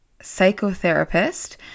psychotherapist